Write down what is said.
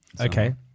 Okay